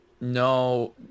No